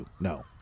No